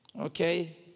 Okay